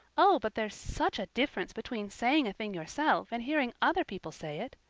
oh, but there's such a difference between saying a thing yourself and hearing other people say it,